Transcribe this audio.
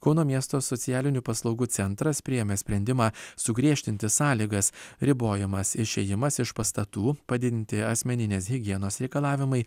kauno miesto socialinių paslaugų centras priėmė sprendimą sugriežtinti sąlygas ribojamas išėjimas iš pastatų padidinti asmeninės higienos reikalavimai